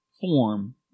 form